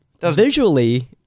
Visually